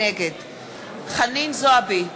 נגד חנין זועבי,